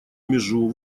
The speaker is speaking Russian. межу